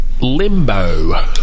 limbo